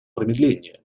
промедления